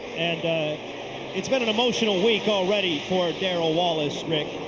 and it's been an emotional week already for darrell wallace, rick.